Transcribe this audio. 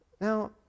Now